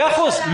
מאה אחוז.